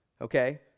okay